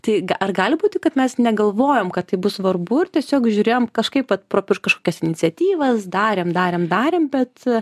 tai ar gali būti kad mes negalvojom kad tai bus svarbu ir tiesiog žiūrėjom kažkaip pro kažkokias iniciatyvas darėm darėm darėm bet